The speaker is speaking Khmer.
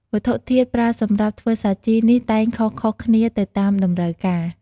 វត្ថុធាតុប្រើសម្រាប់ធ្វើសាជីនេះតែងខុសៗគ្នាទៅតាមតម្រូវការ។